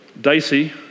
dicey